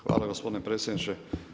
Hvala gospodine predsjedniče.